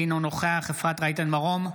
אינו נוכח אפרת רייטן מרום,